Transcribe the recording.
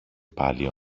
πάλι